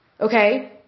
okay